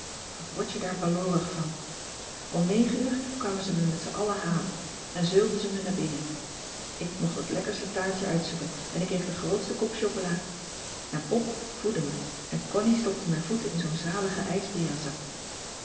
wat word je daar baloorig van om negen uur kwamen ze mij met z'n allen halen en zeulden ze me naar binnen ik mocht het lekkerste taartje uitzoeken en ik kreeg den grootsten kop chocola en pop voedde me en connie stopte mijn voeten in zoo'n zaligen ijsbeerenzak